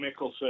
Mickelson